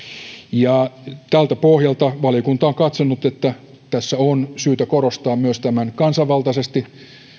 tältä pohjalta valiokunta on katsonut että on syytä korostaa myös tämän kansanvaltaisesti